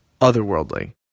otherworldly